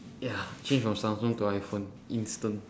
ya change from samsung to iphone instant